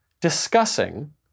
discussing